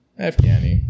Afghani